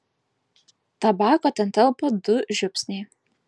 tabako ten telpa du žiupsniai